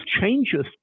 changes